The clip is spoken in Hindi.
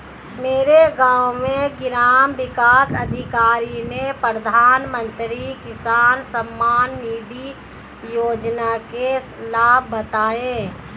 मेरे गांव में ग्राम विकास अधिकारी ने प्रधानमंत्री किसान सम्मान निधि योजना के लाभ बताएं